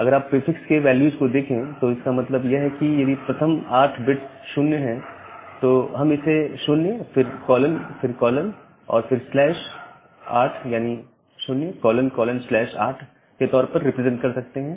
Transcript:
अगर आप प्रीफिक्स के वैल्यूज को देखें तो इसका मतलब यह है यदि प्रथम 8 बिट्स 0 है तो हम इसे 0 फिर कॉलन फिर कॉलन और फिर स्लैश 88 यानी 08 के तौर पर रिप्रेजेंट कर सकते हैं